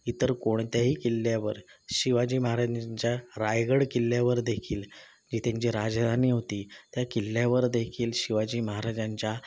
इतर कोणत्याही किल्ल्यावर शिवाजी महाराजांच्या रायगड किल्ल्यावर देखील जी त्यांची राजधानी होती त्या किल्ल्यावर देखील शिवाजी महाराजांच्या